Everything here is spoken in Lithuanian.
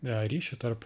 ryšį tarp